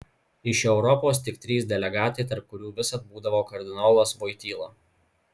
iš europos tik trys delegatai tarp kurių visad būdavo kardinolas voityla